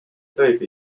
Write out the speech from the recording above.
tohib